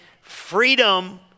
freedom